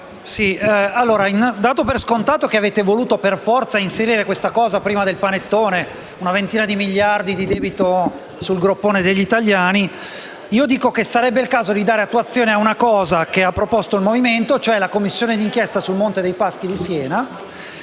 Presidente, dato per scontato che avete voluto per forza inserire questo tema prima del panettone, ossia una ventina di miliardi di debito sul groppone degli italiani, dico che sarebbe il caso di dare attuazione a una cosa che ha proposto il Movimento, cioè la Commissione d'inchiesta sul Monte dei Paschi di Siena,